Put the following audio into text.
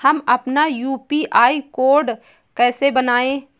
हम अपना UPI code कैसे बनाएँ?